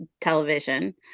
television